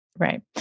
Right